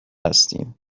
هستیم